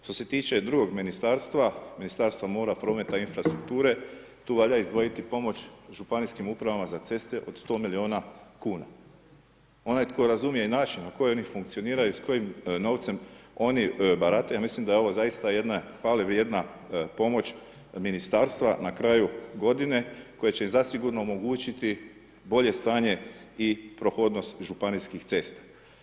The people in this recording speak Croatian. Što se tiče drugog ministarstva, Ministarstva mora, prometa i infrastrukture tu valja izdvojiti pomoć županijskim upravama za ceste od 100 miliona kuna onaj tko razumije način na koji oni funkcioniraju i s kojim novcem oni barataju ja mislim da je ovo zaista jedan hvale vrijedna pomoć ministarstva na kraju godine koja će i zasigurno omogućiti bolje stanje i prohodnost županijskih cesta.